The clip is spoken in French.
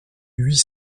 huit